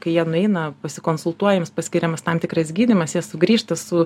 kai jie nueina pasikonsultuoja jiems paskiriamas tam tikras gydymas jie sugrįžta su